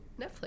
Netflix